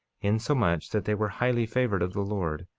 insomuch that they were highly favored of the lord,